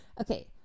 Okay